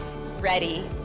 Ready